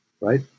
right